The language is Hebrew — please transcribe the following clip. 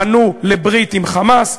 פנו לברית עם "חמאס",